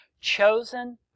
Chosen